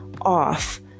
off